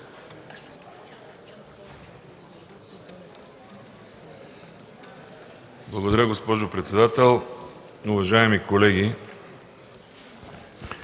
Благодаря, госпожо председател. Уважаеми колеги,